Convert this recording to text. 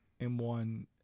M1